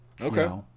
Okay